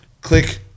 Click